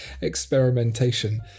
experimentation